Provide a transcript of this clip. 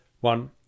One